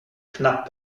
knapp